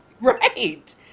Right